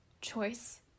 choice